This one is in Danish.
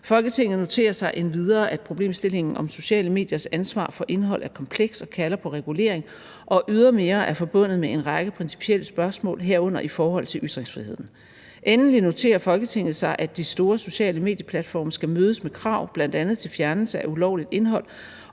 Folketinget noterer sig endvidere, at problemstillingen om sociale mediers ansvar for indhold er kompleks og kalder på regulering og ydermere er forbundet med en række principielle spørgsmål, herunder i forhold til ytringsfriheden. Endeligt noterer Folketinget sig, at de store sociale medieplatforme skal mødes med krav, bl.a. til fjernelse af ulovligt indhold